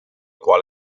qual